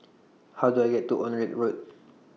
How Do I get to Onraet Road